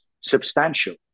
substantial